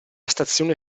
stazione